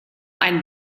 eine